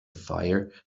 fire